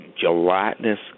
gelatinous